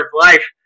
life